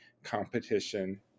competition